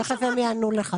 תכף הם יענו לך,